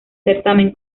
certamen